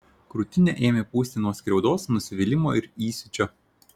krūtinę ėmė pūsti nuo skriaudos nusivylimo ir įsiūčio